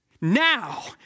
Now